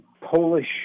Polish